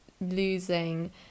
losing